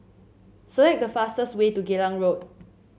select the fastest way to Geylang Road